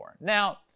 Now